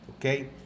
Okay